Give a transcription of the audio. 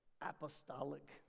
apostolic